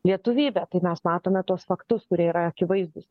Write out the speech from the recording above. lietuvybę tai mes matome tuos faktus kurie yra akivaizdūs